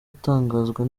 atangazwa